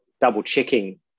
double-checking